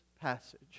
passage